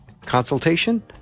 consultation